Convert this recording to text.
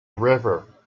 river